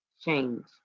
change